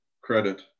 credit